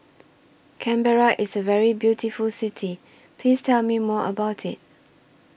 Canberra IS A very beautiful City Please Tell Me More about IT